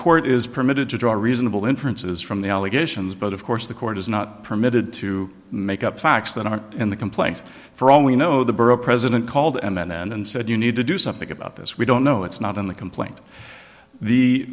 court is permitted to draw reasonable inferences from the allegations but of course the court is not permitted to make up facts that aren't in the complaint for all we know the borough president called and then said you need to do something about this we don't know it's not in the complaint the